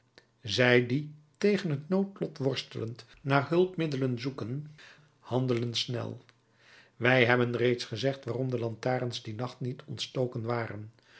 zij die tegen het noodlot worstelend naar hulpmiddelen zoeken handelen snel wij hebben reeds gezegd waarom de lantaarns dien nacht niet ontstoken waren